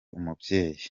umubyeyi